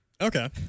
Okay